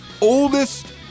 oldest